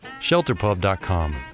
shelterpub.com